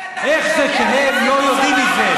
איך זה שהם לא יודעים מזה?